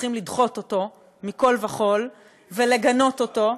צריכים לדחות אותו מכול וכול ולגנות אותו.